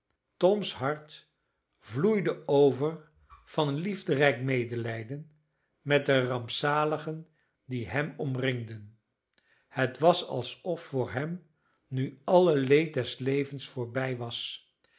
toms hart vloeide over van liefderijk medelijden met de rampzaligen die hem omringden het was alsof voor hem nu alle leed des levens voorbij was